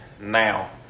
now